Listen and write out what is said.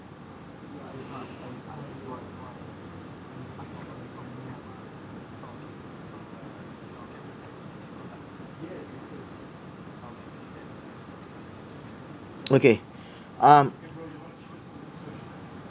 okay um